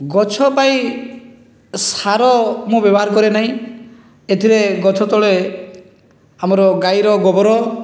ଗଛ ପାଇଁ ସାର ମୁଁ ବ୍ୟବହାର କରେ ନାହିଁ ଏଥିରେ ଗଛ ତଳେ ଆମର ଗାଈର ଗୋବର